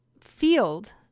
field